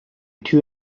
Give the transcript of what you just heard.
two